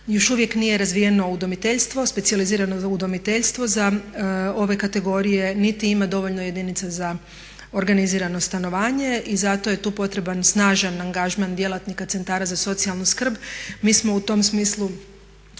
Još uvijek nije razvijeno specijalizirano udomiteljstvo za ove kategorije niti ima dovoljno jedinica za organizirano stanovanje. I zato je tu potreban snažan angažman djelatnika centara za socijalnu skrb. Mi smo u tom smislu